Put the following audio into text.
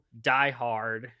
diehard